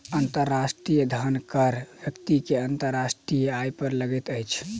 अंतर्राष्ट्रीय धन कर व्यक्ति के अंतर्राष्ट्रीय आय पर लगैत अछि